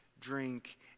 drink